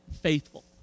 faithful